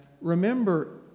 remember